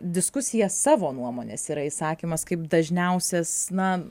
diskusija savo nuomonės yra išsakymas kaip dažniausias na